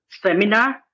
seminar